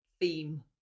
theme